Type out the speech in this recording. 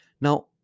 Now